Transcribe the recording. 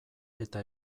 eta